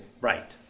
Right